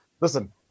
listen